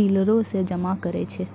डीलरो से जमा करै छै